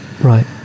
Right